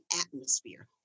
atmosphere